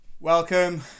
Welcome